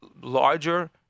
larger